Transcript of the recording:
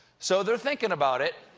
so, they're thinking about it.